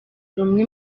umwe